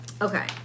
Okay